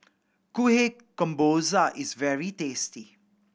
Kuih Kemboja is very tasty